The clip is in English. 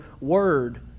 word